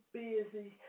busy